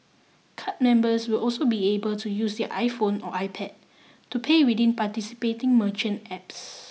card members will also be able to use their iPhone or iPad to pay within participating merchant apps